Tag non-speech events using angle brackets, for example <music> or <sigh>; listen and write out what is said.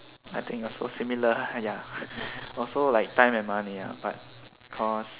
I think also similar ya <breath> also like time and money ah but because